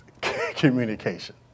communication